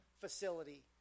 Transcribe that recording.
facility